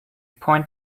point